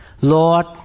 Lord